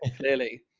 ah clearly.